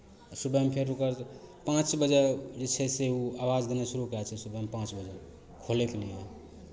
आ सुबहमे फेर ओकर पाँच बजे जे छै से ओ आवाज देनाइ शुरू कए दै छै सुबह पाँच बजे खोलयके लिए